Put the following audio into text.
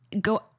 go